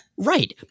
Right